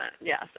Yes